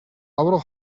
аварга